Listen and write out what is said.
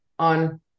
on